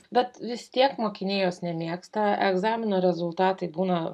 bet vis tiek mokiniai jos nemėgsta egzamino rezultatai būna